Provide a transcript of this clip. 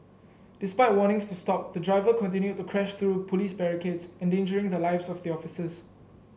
despite warnings to stop the driver continued to crash through police barricades endangering the lives of the officers